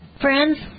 Friends